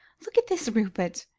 look at this, rupert,